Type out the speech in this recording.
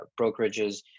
brokerages